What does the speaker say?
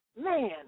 man